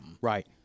Right